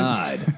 God